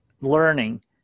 learning